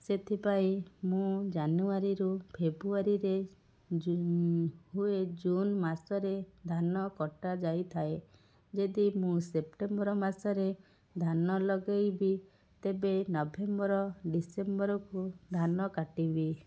ସେଥିପାଇଁ ମୁଁ ଜାନୁୟାରୀରୁ ଫେବୃୟାରୀରେ ହୁଏ ଜୁନ୍ ମାସରେ ଧାନ କଟା ଯାଇଥାଏ ଯଦି ମୁଁ ସେପ୍ଟେମ୍ବର ମାସରେ ଧାନ ଲଗାଇବି ତେବେ ନଭେମ୍ବର ଡିସେମ୍ବରକୁ ଧାନ କାଟିବି